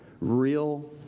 real